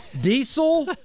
Diesel